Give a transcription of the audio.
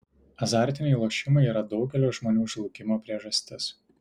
azartiniai lošimai yra daugelio žmonių žlugimo priežastis